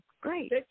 Great